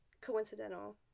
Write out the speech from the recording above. coincidental